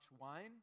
wine